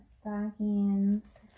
stockings